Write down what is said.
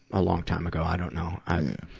a long time ago. i don't know. i,